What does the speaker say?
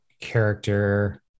character